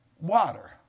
water